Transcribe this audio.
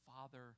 Father